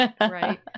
right